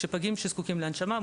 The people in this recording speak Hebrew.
כשפגים שזקוקים להנשמה,